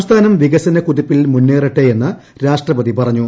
സംസ്ഥാനം വികസന കുതിപ്പിൽ മുന്നേറട്ടേ എന്ന് രാഷ്ട്രപതി പറഞ്ഞു